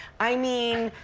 i mean,